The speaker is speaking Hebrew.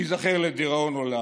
ייזכר לדיראון עולם.